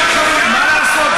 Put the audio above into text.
מה לעשות,